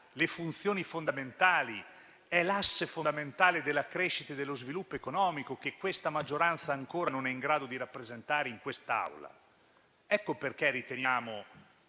le funzioni fondamentali. È l'asse fondamentale della crescita e dello sviluppo economico che questa maggioranza ancora non è in grado di rappresentare in quest'Aula. Ecco perché riteniamo,